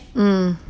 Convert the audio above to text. mm